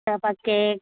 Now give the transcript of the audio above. তাৰপৰা কেক